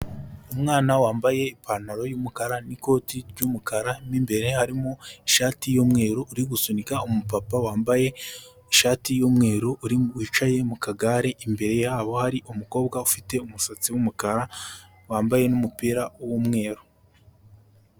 Umwana wambaye ipantaro y'umukara n'ikoti ry'umukara mo imbere harimo ishati y'umweru, uri gusunika umupapa wambaye ishati y'umweru wicaye mu kagare, imbere yabo hari umukobwa ufite umusatsi w'umukara wambaye n'umupira w'umweru.